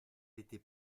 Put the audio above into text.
était